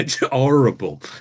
Horrible